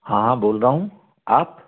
हाँ बोल रहा हूँ आप